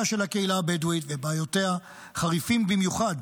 של הקהילה הבדואית ובעיותיה חריפים במיוחד.